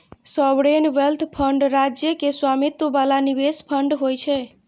sovereign wealth fund राज्य के स्वामित्व बला निवेश फंड होइ छै